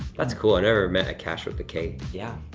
that's cool, i never met a kash with the k. yeah,